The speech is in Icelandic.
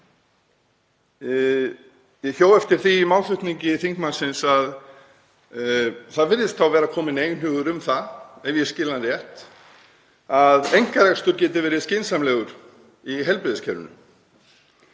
Ég hjó eftir því í málflutningi þingmannsins að það virðist þá vera kominn einhugur um það, ef ég skil hann rétt, að einkarekstur geti verið skynsamlegur í heilbrigðiskerfinu.